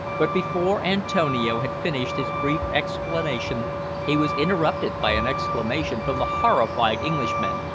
but before antonio had finished his brief explanation he was interrupted by an exclamation from the horrified englishmen,